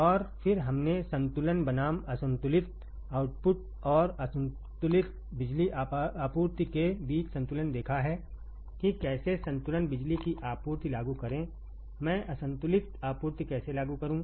और फिर हमने संतुलन बनाम असंतुलित आउटपुट और असंतुलित बिजली आपूर्ति के बीचसंतुलन देखा है किकैसे संतुलन बिजली की आपूर्ति लागू करें मैं असंतुलित आपूर्ति कैसे लागू करूं